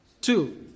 two